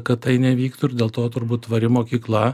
kad tai nevyktų ir dėl to turbūt tvari mokykla